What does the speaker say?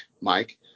Mike